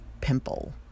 pimple